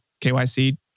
KYC